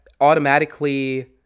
automatically